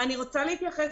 מי בעד ההסתייגות?